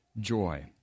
joy